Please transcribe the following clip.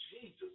Jesus